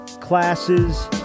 classes